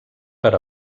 per